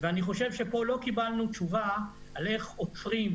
אני חושב שפה לא קיבלנו תשובה על איך עוקרים,